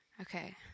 Okay